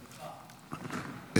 סליחה.